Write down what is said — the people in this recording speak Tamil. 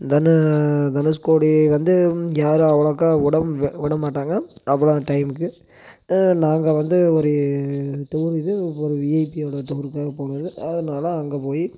தனு தனுஷ்கோடி வந்து யாரும் அவ்ளோக்கா வுடம் விடமாட்டாங்க அவ்வளாம் டைமுக்கு நாங்கள் வந்து ஒரு இது ஒரு விஐபியோட டூருக்காக போனது அதுனால் அங்கே போய்